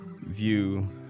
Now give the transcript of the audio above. view